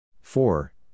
four